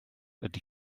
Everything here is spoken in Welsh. ydy